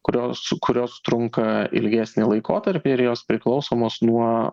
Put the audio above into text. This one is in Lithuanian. kurios kurios trunka ilgesnį laikotarpį ir jos priklausomos nuo